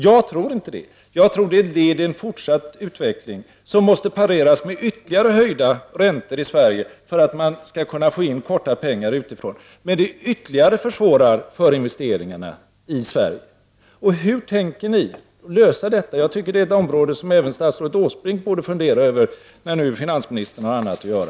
Jag tror inte det. Jag tror att den är ett led i en fortsatt utveckling som måste pareras med ytterligare höjda räntor i Sverige för att man skall få in korta pengar utifrån. Det försvårar ytterligare för investeringarna i Sverige. Hur tänker ni lösa detta? Jag tycker att det är en sak som även statsrådet Åsbrink bör fundera över när nu finansministern har annat att göra.